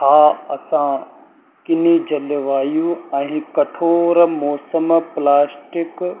हा असां किनि जलवायु ऐं कठोर मौसम प्लास्टिक